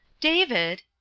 David